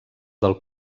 del